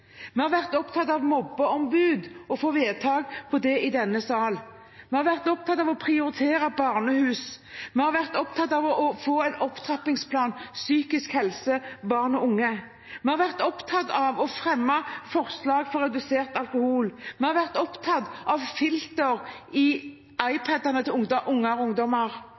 Vi har vært opptatt av mobbeombud og å få vedtak på det i denne salen. Vi har vært opptatt av å prioritere barnehus. Vi har vært opptatt av å få en opptrappingsplan for barn og unges psykiske helse. Vi har vært opptatt av å fremme forslag for redusert alkohol. Vi har vært opptatt av filter i iPad-ene til unger og ungdommer.